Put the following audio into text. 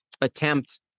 attempt